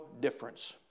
difference